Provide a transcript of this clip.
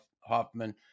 Hoffman